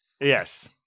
yes